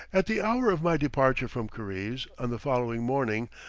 at the hour of my departure from karize, on the following morning,